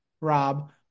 Rob